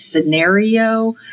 scenario